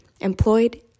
employed